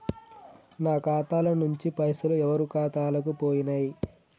నా ఖాతా ల నుంచి పైసలు ఎవరు ఖాతాలకు పోయినయ్?